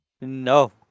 No